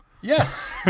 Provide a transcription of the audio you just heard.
Yes